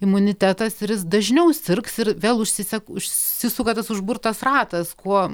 imunitetas ir jis dažniau sirgs ir vėl užsisek užsisuka tas užburtas ratas kuo